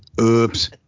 Oops